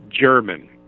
German